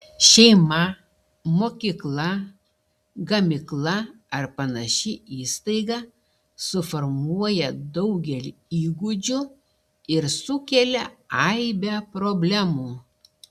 šeima mokykla gamykla ar panaši įstaiga suformuoja daugelį įgūdžių ir sukelia aibę problemų